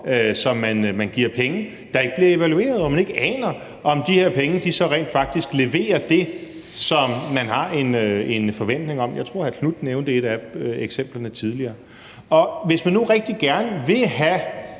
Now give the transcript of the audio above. som man giver penge, der ikke bliver evalueret, og hvor man ikke aner, om de penge rent faktisk leverer det, som man har en forventning om. Jeg tror, at hr. Marcus Knuth nævnte et af eksemplerne tidligere. Og hvis man nu rigtig gerne vil have